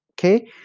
okay